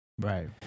Right